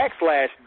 backslash